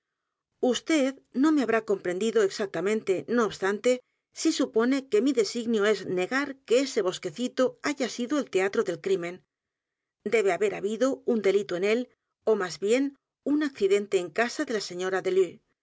vd no me habrá comprendido exactamente no obstante si supone que mi designio e s negar que ese bosquecito haya sido el teatro del crimen deber haber habido un delito en él ó más bien un accidente en casa de la señora delue